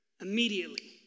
immediately